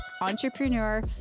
entrepreneur